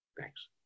Thanks